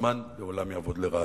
הזמן לעולם יעבוד לרעתו.